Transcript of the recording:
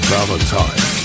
Valentine